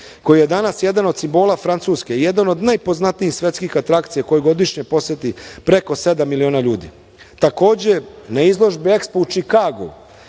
koji je danas jedan od simbola Francuske i jedan od najpoznatijih svetskih atrakcija koji godišnje poseti preko sedam miliona ljudi. Takođe, na izložbi EXPO u Čikagu